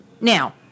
Now